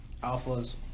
alphas